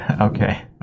Okay